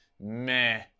meh